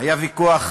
היה ויכוח